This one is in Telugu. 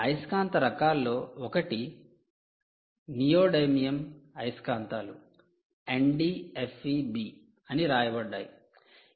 అయస్కాంత రకాల్లో ఒకటి నియోడైమియం అయస్కాంతాలు Nd Fe B అని వ్రాయబడ్డాయి